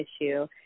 issue